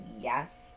yes